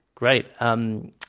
Great